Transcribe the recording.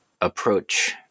approach